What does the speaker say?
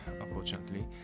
unfortunately